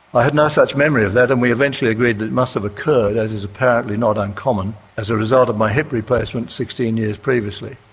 i had no such memory of that and we eventually agreed that it must have occurred, as is apparently not uncommon, as a result of my hip replacement sixteen years previously.